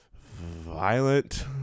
violent